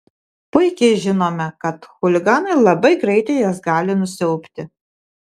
puikiai žinome kad chuliganai labai greitai jas gali nusiaubti